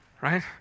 Right